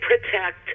protect